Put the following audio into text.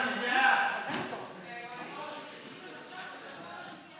נגיף הקורונה החדש)